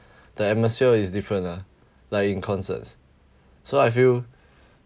the atmosphere is different lah like in concerts so I feel